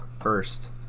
first